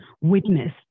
witness